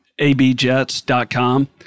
abjets.com